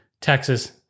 Texas